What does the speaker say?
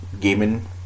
gaming